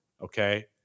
okay